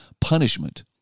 punishment